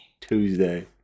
Tuesday